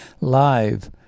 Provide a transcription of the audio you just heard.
live